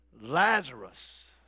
Lazarus